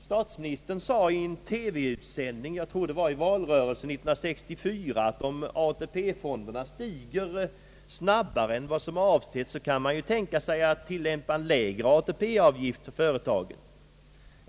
Statsministern sade i en TV-utsändning — jag tror att det var under valrörelsen 1964 — att om ATP-fonderna stiger snabbare än vad som avsetts kan man tänka sig att tillämpa en lägre ATP-avgift för företagen.